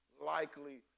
likely